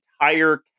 entire